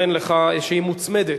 שמוצמדת,